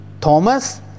Thomas